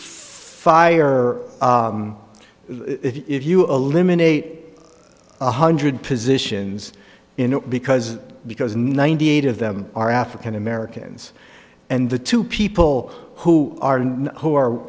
fire if you eliminate one hundred positions in because because ninety eight of them are african americans and the two people who are who are